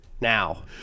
Now